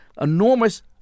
enormous